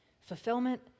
fulfillment